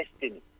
destiny